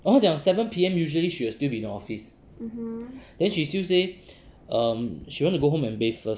oh 她讲 seven P_M usually she will still be in office then she still say um she wanna go home and bath first